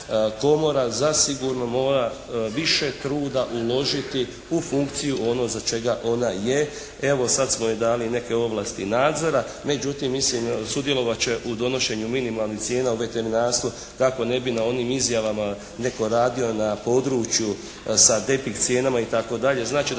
komora zasigurno mora više truda uložiti u funkciju ono za čega ona je. Evo sad smo joj dali i neke ovlasti nadzora. Međutim, mislim sudjelovat će u donošenju minimalnih cijena u veterinarstvu kako ne bi na onim izjavama netko radio na području sa …/Govornik